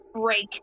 Break